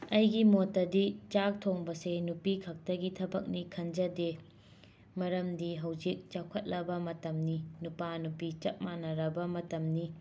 ꯑꯩꯒꯤ ꯃꯣꯠꯇꯗꯤ ꯆꯥꯛ ꯊꯣꯡꯕꯁꯦ ꯅꯨꯄꯤꯈꯛꯇꯒꯤ ꯊꯕꯛꯅꯤ ꯈꯟꯖꯗꯦ ꯃꯔꯝꯗꯤ ꯍꯧꯖꯤꯛ ꯆꯥꯎꯈꯠꯂꯕ ꯃꯇꯝꯅꯤ ꯅꯨꯄꯥ ꯅꯨꯄꯤ ꯆꯞ ꯃꯥꯟꯅꯔꯕ ꯃꯇꯝꯅꯤ